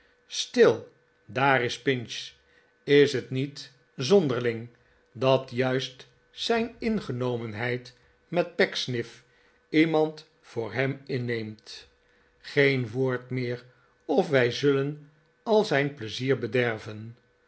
stil daar is pinch is het niet zonderling dat juist zijn ingenomenheid met pecksniff iemand voor hem inneemt geen woord meer of wij zullen al zijn pleizier bederven